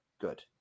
good